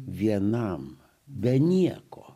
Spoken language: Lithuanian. vienam be nieko